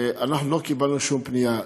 אנחנו לא קיבלנו שום פנייה.